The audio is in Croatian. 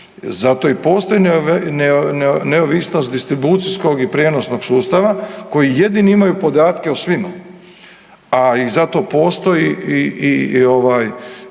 zato i postoji neovisnost distribucijskog i prijenosnog sustava koji jedini imaju podatke o svima, a i zato postoji i